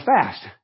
fast